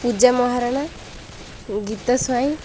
Puja Maharana Gita Swain